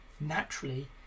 naturally